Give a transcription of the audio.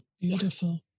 Beautiful